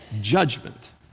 judgment